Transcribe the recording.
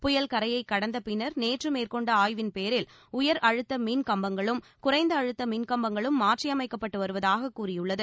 புயல் கரையைக் கடந்த பின்னர் நேற்று மேற்கொண்ட ஆய்வின் பேரில் உயர் அழுத்த மின் கம்பங்களும் குறைந்த அழுத்த மின்கம்பங்களும் மாற்றியமைக்கப்பட்டு வருவதாக கூறியுள்ளது